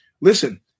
Listen